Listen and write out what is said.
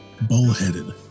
bullheaded